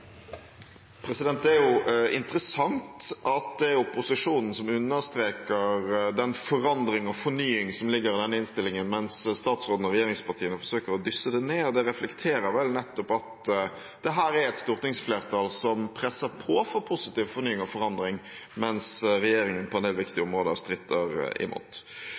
interessant at det er opposisjonen som understreker den forandring og fornying som ligger i denne innstillingen, mens statsråden og regjeringspartiene forsøker å dysse det ned. Det reflekterer vel nettopp at her er det et stortingsflertall som presser på for positiv fornying og forandring, mens regjeringen på en del viktige områder stritter imot.